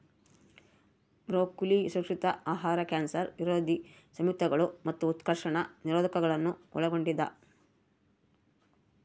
broccoli ಸುರಕ್ಷಿತ ಆಹಾರ cancer ವಿರೋಧಿ ಸಂಯುಕ್ತಗಳು ಮತ್ತು ಉತ್ಕರ್ಷಣ ನಿರೋಧಕಗುಳ್ನ ಒಳಗೊಂಡಿದ